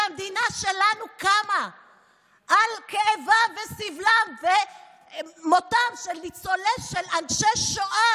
שהמדינה שלנו קמה על כאבם וסבלם ומותם של אנשים בשואה,